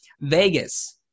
Vegas